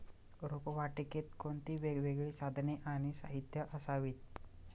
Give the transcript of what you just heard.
रोपवाटिकेत कोणती वेगवेगळी साधने आणि साहित्य असावीत?